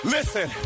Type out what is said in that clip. Listen